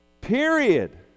Period